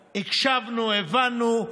הקשבנו, הבנו,